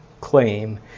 claim